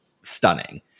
stunning